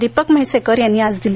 दीपक म्हैसेकर यांनी आज दिली